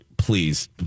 Please